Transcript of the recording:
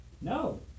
No